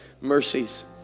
mercies